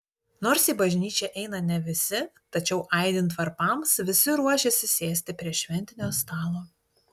nors į bažnyčią eina ne visi tačiau aidint varpams visi ruošiasi sėsti prie šventinio stalo